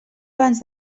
abans